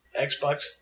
Xbox